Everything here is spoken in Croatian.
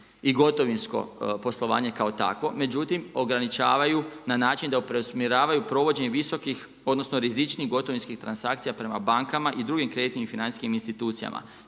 i gotovinsko poslovanje kao takvo, međutim, ograničavaju na način da preusmjeravaju provođenje visokih odnosno rizičnih gotovinskih transakcija prema bankama i drugim kreditnim i financijskim institucijama.